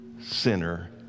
sinner